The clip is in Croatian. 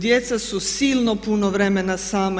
Djeca su silno puno vremena sama.